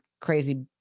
crazy